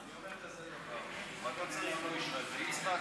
אני אומר כזה דבר: רבי יצחק,